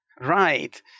Right